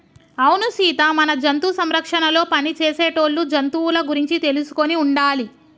అవును సీత మన జంతు సంరక్షణలో పని చేసేటోళ్ళు జంతువుల గురించి తెలుసుకొని ఉండాలి